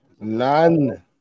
none